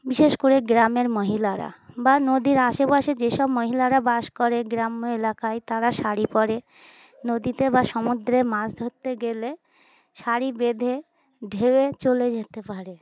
বিশেষ করে গ্রামের মহিলারা বা নদীর আশেপাশে যেসব মহিলারা বাস করে গ্রাম্য এলাকায় তারা শাড়ি পরে নদীতে বা সমুদ্রে মাছ ধরতে গেলে শাড়ি বেঁধে ঢেউয়ে চলে যেতে পারে